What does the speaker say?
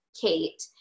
Kate